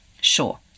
Sure